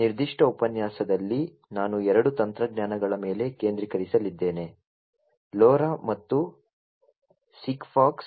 ಈ ನಿರ್ದಿಷ್ಟ ಉಪನ್ಯಾಸದಲ್ಲಿ ನಾನು ಎರಡು ತಂತ್ರಜ್ಞಾನಗಳ ಮೇಲೆ ಕೇಂದ್ರೀಕರಿಸಲಿದ್ದೇನೆ LoRa ಮತ್ತು ಸಿಗ್ಫಾಕ್ಸ್